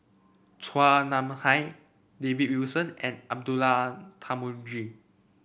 Chua Nam Hai David Wilson and Abdullah Tarmugi